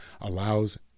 allows